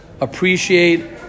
appreciate